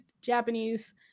Japanese